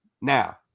Now